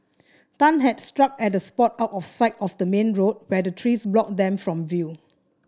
tan had struck at a spot out of sight of the main road where the trees blocked them from view